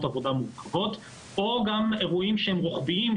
עבודה מורכבות או גם אירועים שהם רוחביים,